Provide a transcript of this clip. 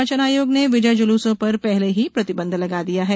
निर्वाचन आयोग ने विजय जुलूसों पर पहले ही प्रतिबंध लगा दिया है